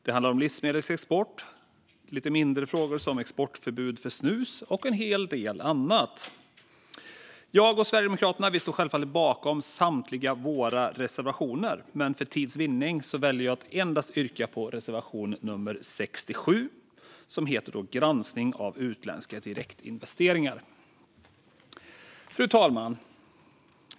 Det handlar även om livsmedelsexport och lite mindre frågor som exportförbud för snus och en hel del annat. Jag och vi i Sverigedemokraterna står självfallet bakom samtliga våra reservationer, men för tids vinning väljer jag att yrka bifall endast till reservation 67, som heter Granskning av utländska direktinvesteringar. Fru talman!